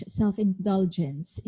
self-indulgence